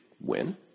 win